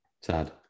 sad